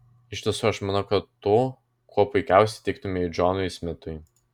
iš tiesų aš manau kad tu kuo puikiausiai tiktumei džonui smitui